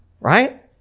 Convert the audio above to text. Right